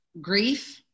grief